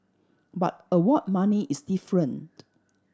but award money is different